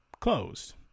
Closed